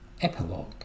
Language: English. Epilogue